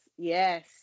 yes